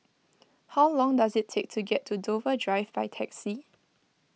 how long does it take to get to Dover Drive by taxi